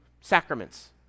sacraments